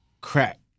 crack